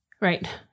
Right